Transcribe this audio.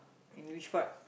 in which part